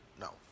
No